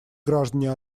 граждане